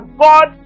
God